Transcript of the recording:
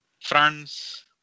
France